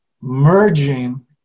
merging